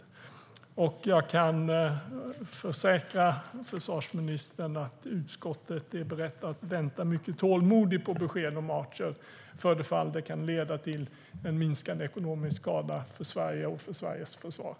Jag kan försäkra försvarsministern om att utskottet är berett att vänta mycket tålmodigt på besked om Archer för det fall det kan leda till en minskad ekonomisk skada för Sverige och för Sveriges försvar.